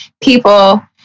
people